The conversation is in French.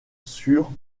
sur